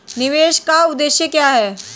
निवेश का उद्देश्य क्या है?